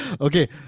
Okay